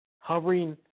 hovering